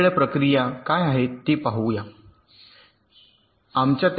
आपण याची तुलना संयुक्त सर्किटशी करा जिथे हा दुसरा भाग त्यांचा येथे नव्हता फक्त 2 एन बरोबर होता